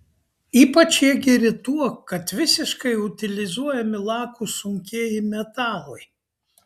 ypač jie geri tuo kad visiškai utilizuojami lakūs sunkieji metalai